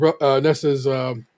Nessa's